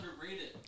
underrated